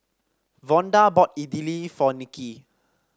Vonda bought Idili for Nikki